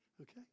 Okay